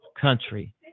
country